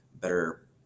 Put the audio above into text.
better